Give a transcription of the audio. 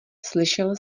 slyšel